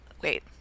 Wait